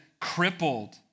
crippled